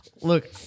Look